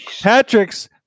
Patrick's